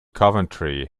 coventry